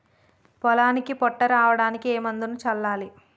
పొలానికి పొట్ట రావడానికి ఏ మందును చల్లాలి?